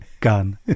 gun